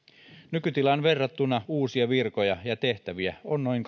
nykytilaan verrattuna uusia virkoja ja tehtäviä on noin